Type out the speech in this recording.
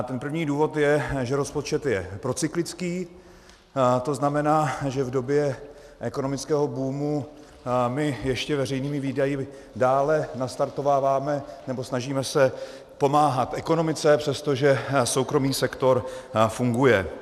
Ten první důvod je, že rozpočet je procyklický, to znamená, že v době ekonomického boomu my ještě veřejnými výdaji dále nastartováváme, nebo snažíme se pomáhat ekonomice, přestože soukromý sektor funguje.